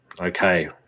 Okay